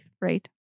right